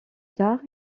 tard